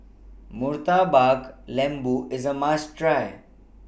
Murtabak Lembu IS A must Try